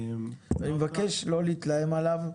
אני מבקש לא להתלהם עליו,